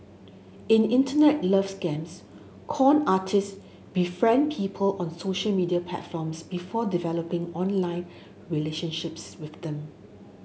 in Internet love scams con artist befriend people on social media platforms before developing online relationships with them